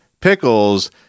pickles